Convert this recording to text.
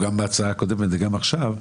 לא 66,